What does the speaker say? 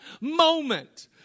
moment